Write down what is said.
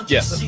Yes